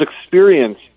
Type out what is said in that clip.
experience